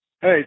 Hey